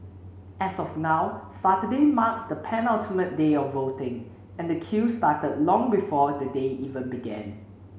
as of now Saturday marks the penultimate day of voting and the queue started long before the day even began